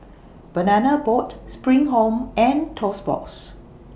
Banana Boat SPRING Home and Toast Box